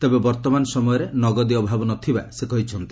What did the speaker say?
ତେବେ ବର୍ତ୍ତମାନ ସମୟରେ ନଗଦୀ ଅଭାବ ନ ଥିବା ସେ କହିଛନ୍ତି